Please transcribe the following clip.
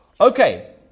Okay